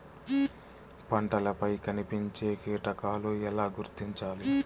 పంటలపై కనిపించే కీటకాలు ఎలా గుర్తించాలి?